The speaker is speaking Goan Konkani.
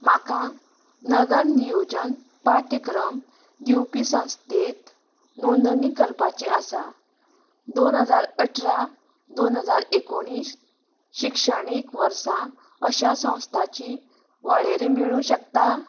म्हाका नगर नियोजन पाठ्यक्रम दिवपी संस्थेंत नोंदणी करपाची आसा दोन हजार अठरा दोन हजार एकोणीस शिक्षणीक वर्सा अशा संस्थाची वळेरी मेळूं शकता